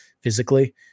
physically